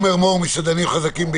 כלומר התנאי הבסיסי